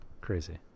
Crazy